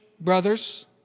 brothers